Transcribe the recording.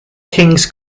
kings